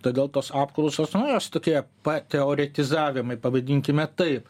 todėl tos apklausos nu jos tokie pateoretizavimai pavadinkime taip